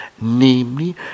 namely